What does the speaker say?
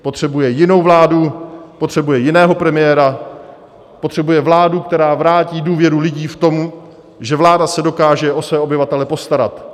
Potřebuje jinou vládu, potřebuje jiného premiéra, potřebuje vládu, která vrátí důvěru lidí v to, že vláda se dokáže o své obyvatele postarat.